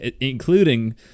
including